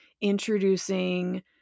introducing